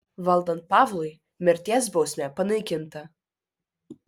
valdant pavlui mirties bausmė panaikinta